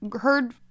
heard